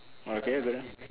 oh okay go lah